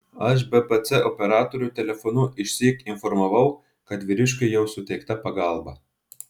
aš bpc operatorių telefonu išsyk informavau kad vyriškiui jau suteikta pagalba